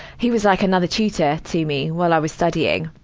he was like another tutor to me while i was studying.